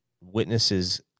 witnesses